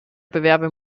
bewerber